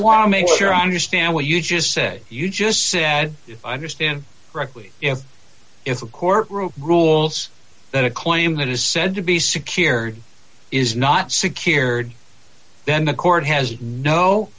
want to make sure i understand what you just said you just said if i understand correctly if it's a court rule rules that a claim that is said to be secured is not secured then the court has no